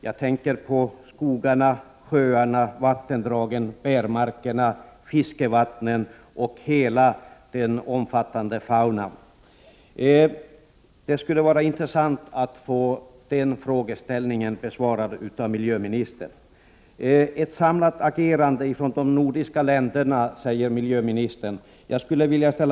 Jag tänker på skogarna, sjöarna, vattendragen, bärmarkerna, fiskevattnen och hela den omfattande faunan. 2. Miljöministern talar om ett samlat agerande från de nordiska länderna.